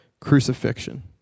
crucifixion